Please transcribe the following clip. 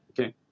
okay